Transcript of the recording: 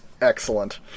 Excellent